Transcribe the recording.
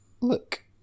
Look